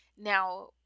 Now